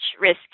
risk